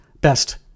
best